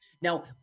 Now